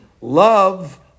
love